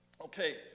Okay